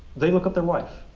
they look up their wife.